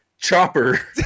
Chopper